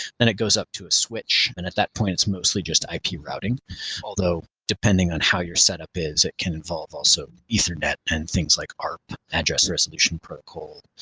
then it goes up to a switch and at that point it's mostly just ip routing although depending on how your setup is, it can involve also ethernet and things like arp, address resolution protocol,